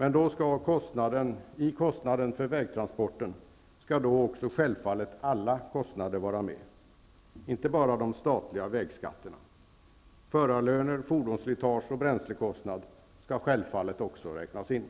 Men i kostnaden för vägtransporten skall också, självfallet, alla aktuella kostnader räknas in -- inte bara de statliga vägskatterna. Förarlöner, fordonsslitage och bränslekostnad skall självfallet också räknas in.